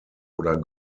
oder